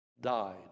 died